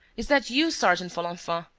is that you, sergeant folenfant?